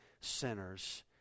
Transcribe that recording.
sinners